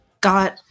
got